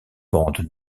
bandes